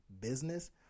business